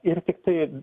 ir tiktai